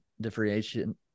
differentiation